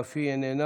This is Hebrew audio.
אף היא איננה.